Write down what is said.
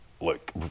look